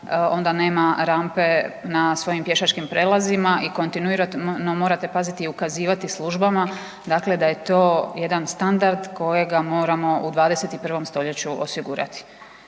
onda nema rampe na svojim pješačkim prijelazima i kontinuirano morate paziti i ukazivati službama dakle da je to jedan standard kojega moramo u 21. stoljeću osigurati.